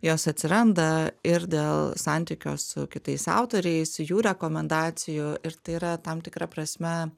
jos atsiranda ir dėl santykio su kitais autoriais jų rekomendacijų ir tai yra tam tikra prasme